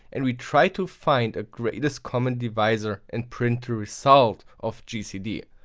and we try to find a greatest common divisor and print the result of gcd.